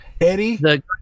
Eddie